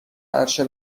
عرشه